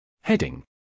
Heading